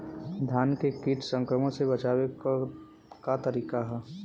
धान के कीट संक्रमण से बचावे क का तरीका ह?